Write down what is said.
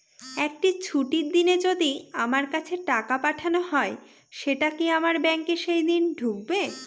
একটি ছুটির দিনে যদি আমার কাছে টাকা পাঠানো হয় সেটা কি আমার ব্যাংকে সেইদিন ঢুকবে?